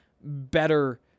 better